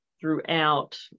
throughout